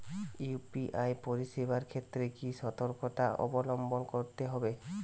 UPI পরিসেবার ক্ষেত্রে কি সতর্কতা অবলম্বন করতে হবে?